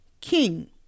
king